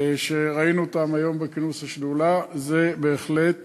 שראינו אותם היום בכינוס השדולה, זה בהחלט